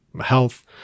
health